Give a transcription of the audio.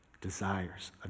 desires